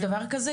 יש דבר כזה?